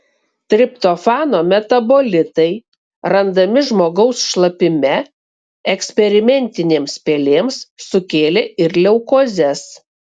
triptofano metabolitai randami žmogaus šlapime eksperimentinėms pelėms sukėlė ir leukozes